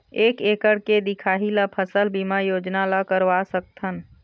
एक एकड़ के दिखाही ला फसल बीमा योजना ला करवा सकथन?